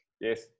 Yes